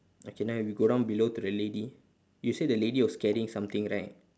okay now we go down below to the lady you say the lady was carrying something right